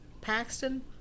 Paxton